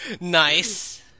Nice